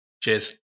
Cheers